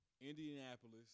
Indianapolis